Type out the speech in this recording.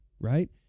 right